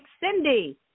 Cindy